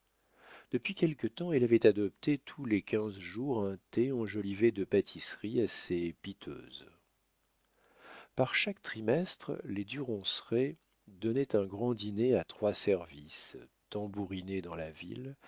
depuis quelque temps elle avait adopté tous les quinze jours un thé enjolivé de pâtisseries assez piteuses par chaque trimestre les du ronceret donnaient un grand dîner à trois services tambouriné dans la ville